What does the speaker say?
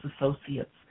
associates